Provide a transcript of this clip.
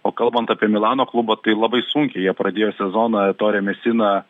o kalbant apie milano klubą tai labai sunkiai jie pradėjo sezoną tore mesina